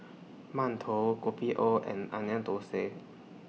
mantou Kopi O and Onion Thosai